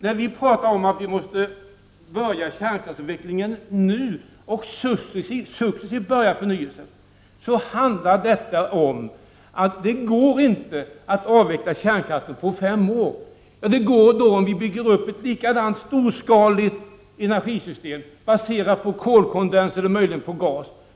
När vi talar om att vi måste börja kärnkraftsavvecklingen nu och successivt påbörja förnyelsen handlar det om att det inte går att avveckla kärnkraften på fem år. Det går om vi bygger upp ett likadant storskaligt energisystem, baserat på kolkondens eller möjligen på gas.